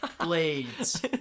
blades